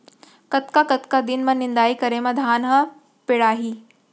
कतका कतका दिन म निदाई करे म धान ह पेड़ाही?